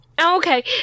Okay